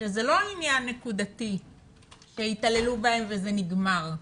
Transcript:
שזה לא עניין נקודתי שהתעללו בהם וזה נגמר,